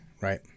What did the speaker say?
right